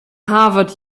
harvard